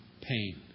pain